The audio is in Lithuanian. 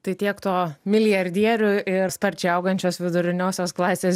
tai tiek to milijardierių ir sparčiai augančios viduriniosios klasės